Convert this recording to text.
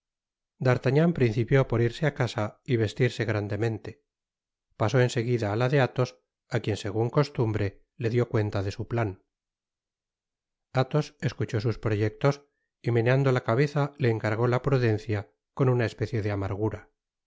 d'artagnan principió por irse á casa y vestirse grandemente pasó en seguida á la de athos á quien segun costumbre le dió cuenta de su plan athos escuchó sus proyectos y meneando la cabeza le encargó la prudencia con una especie de amargura